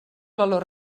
valor